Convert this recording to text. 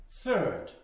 Third